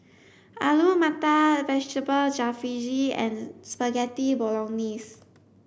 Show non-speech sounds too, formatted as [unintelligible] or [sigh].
Alu Matar Vegetable Jalfrezi and [unintelligible] Spaghetti Bolognese